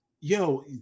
yo